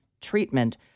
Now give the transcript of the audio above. treatment